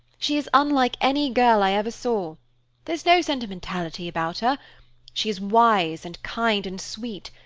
she is unlike any girl i ever saw there's no sentimentality about her she is wise, and kind, and sweet.